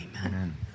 Amen